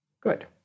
Good